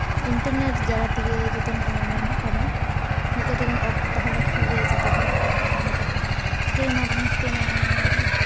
inter ᱛᱟᱞᱟ ᱛᱮᱜᱮ ᱡᱚᱛᱚᱱᱟᱜ ᱧᱮᱞ ᱧᱟᱢᱚᱜ ᱠᱟᱱᱟ ᱢᱤᱫ ᱠᱟᱹᱴᱤᱡ ᱜᱟᱱ ᱚᱯᱷ ᱛᱟᱦᱮᱸ ᱞᱮᱱᱠᱷᱟᱱᱜᱮ ᱡᱚᱛᱚᱦᱚᱲ ᱠᱚ ᱟᱸᱠᱵᱟᱠᱟᱜᱼᱟ ᱡᱟᱛᱮ ᱪᱤᱠᱟᱹᱭᱮᱱᱟ ᱵᱟᱝ ᱪᱤᱠᱟᱹᱭᱮᱱᱟ